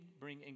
Bring